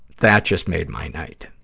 that just made my night.